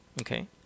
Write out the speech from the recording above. Okay